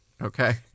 Okay